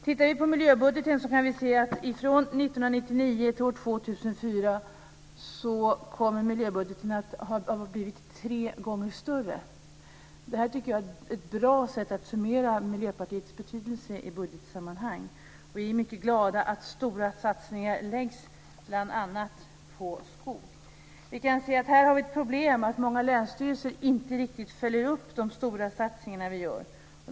Tittar vi på miljöbudgeten kan vi se att från 1999 till år 2004 kommer miljöbudgeten att ha blivit tre gånger större. Det är ett bra sätt att summera Miljöpartiets betydelse i budgetsammanhang. Vi är mycket glada att stora satsningar görs bl.a. på skog. Här har vi ett problem att många länsstyrelser inte riktigt följer upp de stora satsningar vi gör.